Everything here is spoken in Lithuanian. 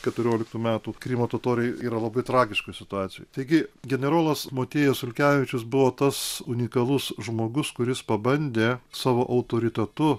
keturioliktų metų krymo totoriai yra labai tragiškoj situacijoj taigi generolas motiejus sulkevičius buvo tas unikalus žmogus kuris pabandė savo autoritetu